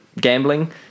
gambling